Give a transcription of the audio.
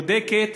בודקת,